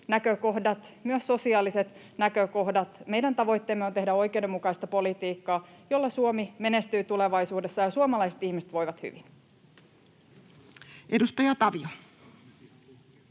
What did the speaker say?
näkökohdat, myös sosiaaliset näkökohdat. Meidän tavoitteemme on tehdä oikeudenmukaista politiikkaa, jolla Suomi menestyy tulevaisuudessa ja suomalaiset ihmiset voivat hyvin. [Speech 21]